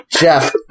Jeff